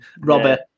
Robert